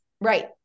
Right